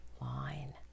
line